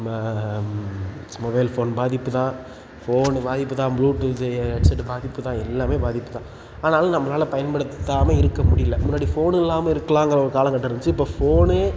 நம்ம mobile phone பாதிப்பு தான் ஃபோனு பாதிப்பு தான் ப்ளூ டூத்து ஹெட் செட்டு பாதிப்பு தான் எல்லாமே பாதிப்பு தான் ஆனாலும் நம்மளால் பயன்படுத்தாமல் இருக்க முடியல முன்னாடி ஃபோனு இல்லாமல் இருக்கலாங்கிற ஒரு காலக்கட்டம் இருந்துச்சு இப்போ ஃபோனே